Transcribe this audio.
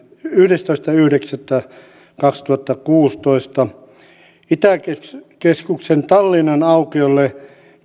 yhdestoista yhdeksättä kaksituhattakuusitoista itäkeskuksen tallinnanaukiolla